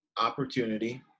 opportunity